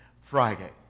Friday